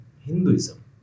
Hinduism